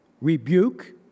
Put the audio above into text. rebuke